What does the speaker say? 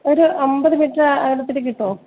ഒരു അൻപത് മീറ്റർ അകലത്തിൽ കിട്ടുവോ